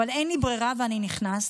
אבל אין לי ברירה ואני נכנס.